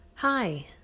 Hi